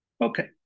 Okay